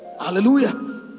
Hallelujah